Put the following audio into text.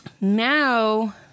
Now